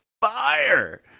fire